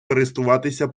користуватися